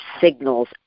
signals